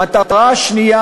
המטרה השנייה,